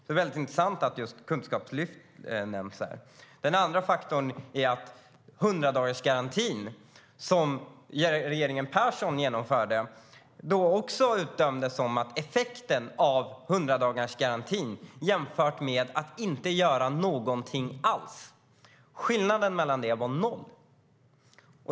Det är intressant att just kunskapslyft nämns här.100-dagarsgarantin som regeringen Persson genomförde utdömdes också. Effekten av 100-dagarsgarantin jämfördes med att inte göra någonting alls. Skillnaden var noll.